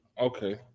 okay